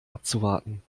abzuwarten